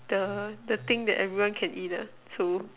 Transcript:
the the thing everyone can eat lah so